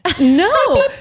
No